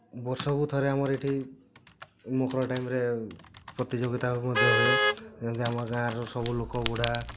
ବର୍ଷ କୁ ଥରେ ଆମର ଏଇଠି ମକର ଟାଇମ୍ରେ ପ୍ରତିଯୋଗିତା ମଧ୍ୟ ହୁଏ ଯେମିତି ଆମ ଗାଁ ରୁ ସବୁ ଲୋକ ବୁଢ଼ା